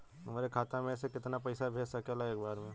हमरे खाता में से कितना पईसा भेज सकेला एक बार में?